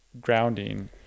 grounding